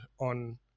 on